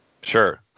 Sure